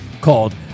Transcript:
called